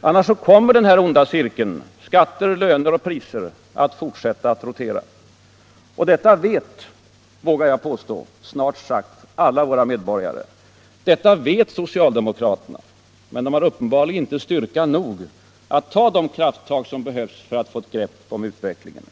Om vi inte med kraft an griper detta problem, då kommer den onda cirkeln skatter-löner-priser att fortsätta att rotera. Och detta vet — vågar jag påstå — snart alla våra medborgare. Detta vet socialdemokraterna. Men de har uppenbarligen inte styrka nog att ta de krafttag som behövs för att få ett grepp om utvecklingen.